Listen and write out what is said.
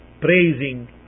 praising